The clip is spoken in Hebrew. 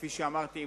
כפי שאמרתי,